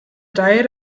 diet